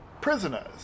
prisoners